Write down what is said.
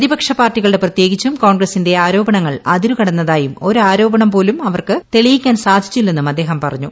പ്രതിപക്ഷ പാർട്ടികളുടെ പ്രത്യേകിച്ചും കോൺഗ്രസിന്റെ ആരോപണങ്ങൾ അതിരുകടന്നതായും ഒരു ആരോപണംപോലും അവർക്ക് തെളിയിക്കാൻ സാധിച്ചില്ലെന്നും അദ്ദേഹം പറഞ്ഞു